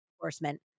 enforcement